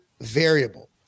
variable